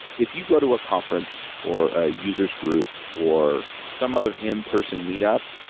if you go to a conference or ah user s group or some other in-person meet up,